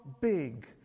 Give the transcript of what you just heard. big